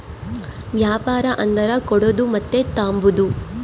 ವ್ಯಾಪಾರ ಅಂದರ ಕೊಡೋದು ಮತ್ತೆ ತಾಂಬದು